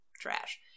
trash